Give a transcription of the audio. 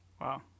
wow